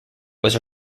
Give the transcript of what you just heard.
was